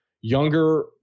younger